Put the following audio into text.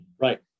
right